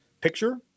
picture